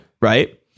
right